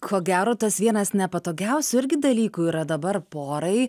ko gero tas vienas nepatogiausių irgi dalykų yra dabar porai